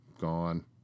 gone